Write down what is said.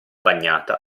bagnata